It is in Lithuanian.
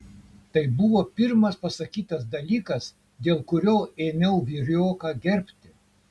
tai buvo pirmas pasakytas dalykas dėl kurio ėmiau vyrioką gerbti